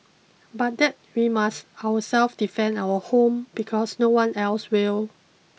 but that we must ourselves defend our own home because no one else will